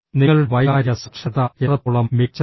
നിങ്ങളുടെ വൈകാരിക സാക്ഷരത എത്രത്തോളം മികച്ചതാണ്